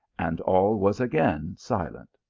and all was again silent.